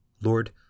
Lord